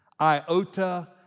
iota